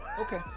Okay